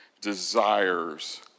desires